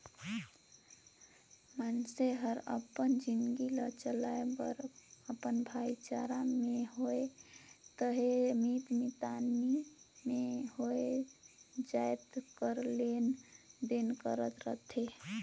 मइनसे हर अपन जिनगी ल चलाए बर अपन भाईचारा में होए चहे मीत मितानी में होए जाएत कर लेन देन करत रिथे